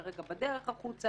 כרגע בדרך החוצה.